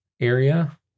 area